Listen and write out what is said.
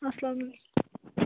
اَسلام علیکُم